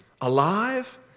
alive